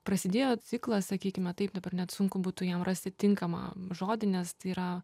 prasidėjo ciklas sakykime taip dabar net sunku būtų jam rasti tinkamą žodį nes tai yra